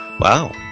Wow